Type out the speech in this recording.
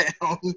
down